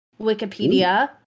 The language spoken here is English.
Wikipedia